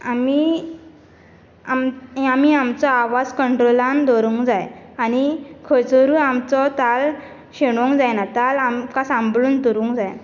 आमी आमी आम आमचो आवाज कंट्रोलांत दवरुंक जाय आनी खंयसरूय आमचो ताल शेणोंक जायना ताल आमकां सांबळोन दवरुंक जाय